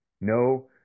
No